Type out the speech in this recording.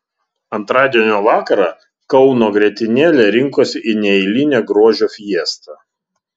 antradienio vakarą kauno grietinėlė rinkosi į neeilinę grožio fiestą